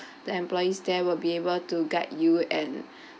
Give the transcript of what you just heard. the employees there will be able to guide you and